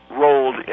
rolled